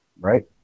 Right